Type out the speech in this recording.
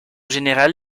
général